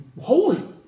Holy